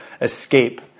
escape